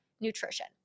nutrition